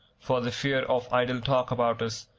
for the fear of idle talk about us,